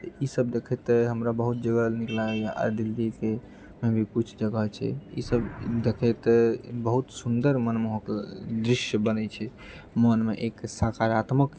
ई सब देखैत हमरा बहुत जगह नीक लागैए दिल्लीके मे भी किछु जगह छै ई सब देखैत बहुत सुन्दर मनमोहक दृश्य बनैत छै मोनमे एक सकारात्मक